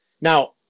Now